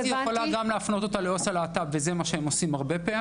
אז היא יכולה להפנות אותה לעו"ס הלהט"ב וזה מה שהם עושים הרבה פעמים.